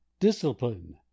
DISCIPLINE